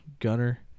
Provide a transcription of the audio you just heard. Gunner